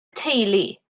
teulu